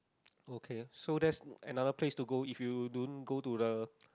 okay so that is another place to go if you don't go to the